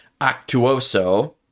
actuoso